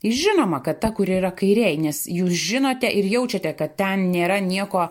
žinoma kad ta kuri yra kairėj nes jūs žinote ir jaučiate kad ten nėra nieko